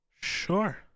Sure